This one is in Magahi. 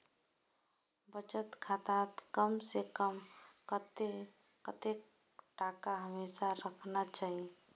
बचत खातात कम से कम कतेक टका हमेशा रहना चही?